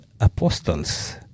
apostles